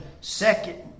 second